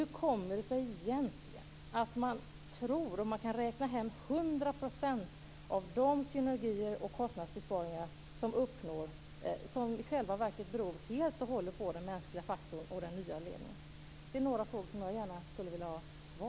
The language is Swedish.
Hur kommer det sig egentligen att man tror att man kan räkna hem 100 % av de synergier och kostnadsbesparingar som i själva verket helt och hållet beror på den mänskliga faktorn och den nya ledningen. Detta är några frågor som jag gärna skulle vilja ha svar på.